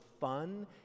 fun